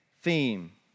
theme